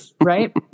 right